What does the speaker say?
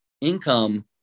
income